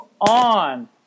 on